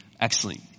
excellent